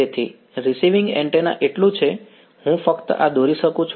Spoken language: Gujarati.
તેથી રીસિવિંગ એન્ટેના એટલું છે હું ફક્ત આ દોરી શકું છું